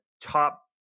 top